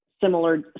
similar